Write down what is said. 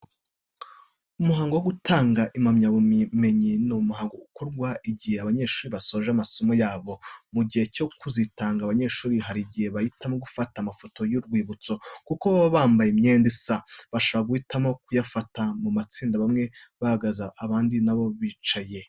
Umuhango wo gutanga impamyabumenyi ni umuhango ukorwa igihe abanyeshuri basoje amasomo yabo. Mu gihe cyo kuzitanga abanyeshuri hari igihe bahitamo gufata amafoto y'urwibutso, kuko baba bambaye imyenda isa. Bashobora guhitamo kuyafata mu matsinda bamwe bahagaze abandi na bo bicaye.